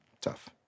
Tough